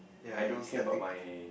I don't care about my